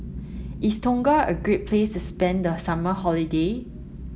is Tonga a great place spend the summer holiday